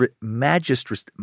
magistrate